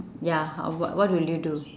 ya how what what will you do